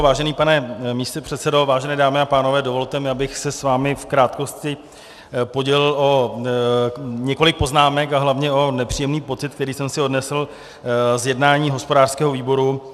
Vážený pane místopředsedo, vážené dámy a pánové, dovolte mi, abych se s vámi v krátkosti podělil o několik poznámek a hlavně o nepříjemný pocit, který jsem si odnesl z jednání hospodářského výboru.